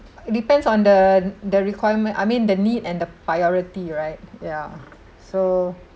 it depends on the the requirement I mean the need and the priority right yeah so